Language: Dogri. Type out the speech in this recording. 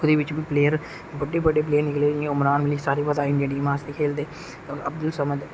ओहदे बिच बी प्लेयर बडे़ बडे़ प्लेयर निकले जियां उमरान मलिक सारे इंडियां टीम आस्तै खेलदे अव्दुल समद